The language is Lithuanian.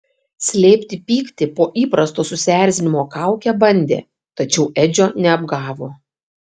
slėpti pyktį po įprasto susierzinimo kauke bandė tačiau edžio neapgavo